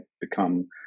become